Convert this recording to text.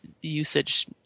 usage